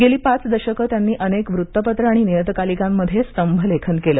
गेली पाच दशकं त्यांनी अनेक वृत्तपत्रं आणि नियतकालिकांमधे स्तंभलेखन केलं